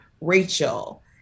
Rachel